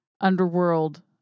Underworld